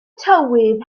tywydd